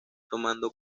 tomando